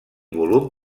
volum